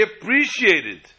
appreciated